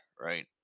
right